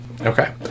Okay